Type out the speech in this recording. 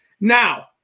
Now